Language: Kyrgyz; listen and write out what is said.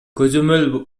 көзөмөл